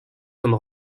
comme